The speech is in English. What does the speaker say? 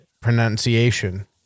pronunciation